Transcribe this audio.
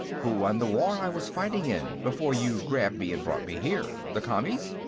who won the war i was fighting in, before you grabbed me and brought me here? the commies?